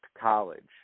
college